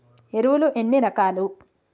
ఎరువులు ఎన్ని రకాలు?